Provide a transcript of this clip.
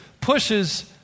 pushes